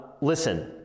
Listen